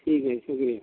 ٹھیک ہے شکریہ